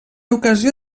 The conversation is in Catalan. ocasió